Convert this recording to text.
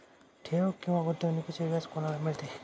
ठेव किंवा गुंतवणूकीचे व्याज कोणाला मिळते?